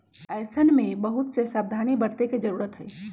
ऐसन में बहुत से सावधानी बरते के जरूरत हई